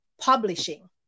publishing